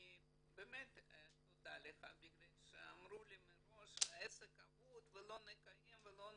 ובאמת תודה לך בגלל שאמרו לי מראש שהעסק אבוד ולא נקיים ולא נעשה,